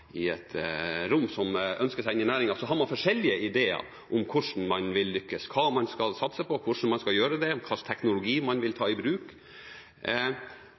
rom ønsker seg inn i næringen, så har man forskjellige ideer om hvordan man vil lykkes, hva man skal satse på, hvordan man skal gjøre det, hva slags teknologi man vil ta i bruk.